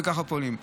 וככה פועלים.